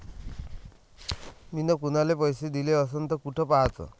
मिन कुनाले पैसे दिले असन तर कुठ पाहाचं?